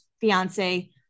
fiance